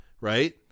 Right